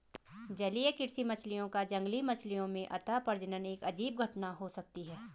जलीय कृषि मछलियों का जंगली मछलियों में अंतःप्रजनन एक अजीब घटना हो सकती है